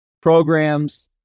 programs